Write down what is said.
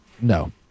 No